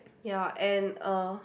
ya and uh